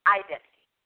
identity